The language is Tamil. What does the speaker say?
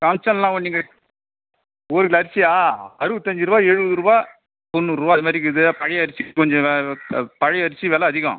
கமிஷன்லாம் ஒன்றும் கெ ஒரு கிலோ அரிசியா அறுபத்தஞ்சு ரூபா எழுபது ரூபா தொண்ணூறுபா அதுமாதிரி இருக்குது பழைய அரிசி கொஞ்சம் பழைய அரிசி விலை அதிகம்